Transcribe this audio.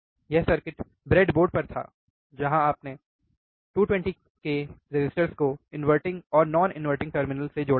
यह circuit breadboard पर था जहां आपने 220 k रेसिस्टर्स को इनवर्टिंग और नॉन इनवर्टिंग टर्मिनल से जोड़ा है